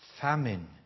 famine